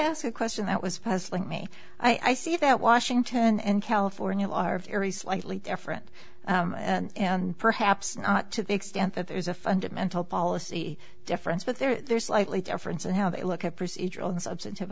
ask a question that was puzzling me i see that washington and california are very slightly different and perhaps not to the extent that there is a fundamental policy difference but there's likely difference in how they look at procedural substantive